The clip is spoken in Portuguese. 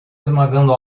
esmagando